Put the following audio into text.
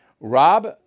Rob